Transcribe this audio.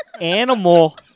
animal